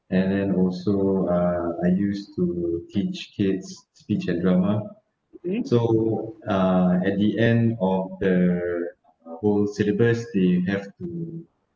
and then also uh I used to teach kids speech and drama so uh at the end of the uh whole syllabus they have to